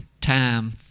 time